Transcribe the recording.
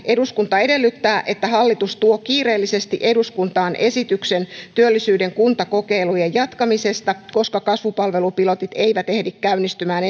eduskunta edellyttää että hallitus tuo kiireellisesti eduskuntaan esityksen työllisyyden kuntakokeilujen jatkamisesta koska kasvupalvelupilotit eivät ehdi käynnistymään